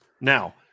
Now